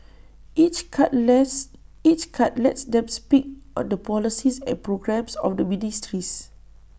each cut lets each cut lets them speak on the policies and programmes of the ministries